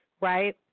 right